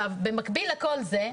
במקביל לכל זה,